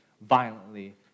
violently